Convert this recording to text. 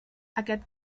aquest